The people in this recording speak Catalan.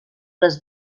les